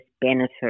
benefit